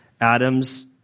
Adam's